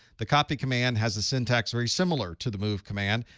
the copy command has the syntax very similar to the move command.